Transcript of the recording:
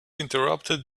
interrupted